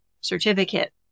certificate